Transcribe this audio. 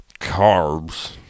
Carbs